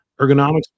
Ergonomics